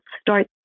start